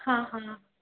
हां हां